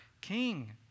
king